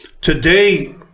Today